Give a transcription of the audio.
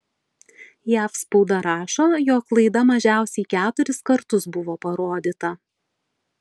jav spauda rašo jog laida mažiausiai keturis kartus buvo parodyta